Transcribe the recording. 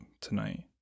tonight